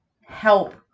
Help